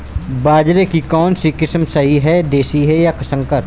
बाजरे की कौनसी किस्म सही हैं देशी या संकर?